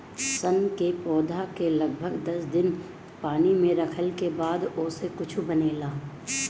सन के पौधा के लगभग दस दिन पानी में रखले के बाद ओसे कुछू बनेला